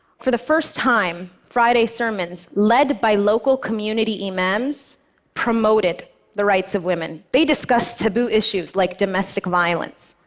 for the first time, friday sermons led by local community imams promoted the rights of women. they discussed taboo issues, like domestic violence.